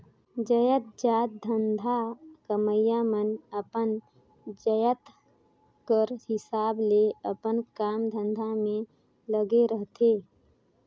जाएतजात धंधा करइया मन अपन जाएत कर हिसाब ले अपन काम धंधा में लगे रहथें